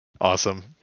Awesome